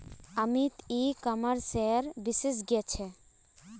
अमित ई कॉमर्सेर विशेषज्ञ छे